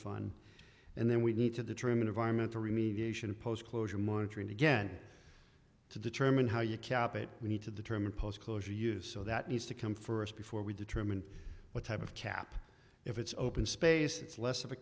fund and then we need to determine environmental remediation post closure monitoring again to determine how you cap it we need to determine post closure use so that needs to come first before we determine what type of cap if it's open space it's less of a